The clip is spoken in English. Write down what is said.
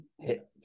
hit